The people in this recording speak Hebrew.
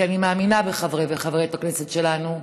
כי אני מאמינה בחברי וחברות הכנסת שלנו,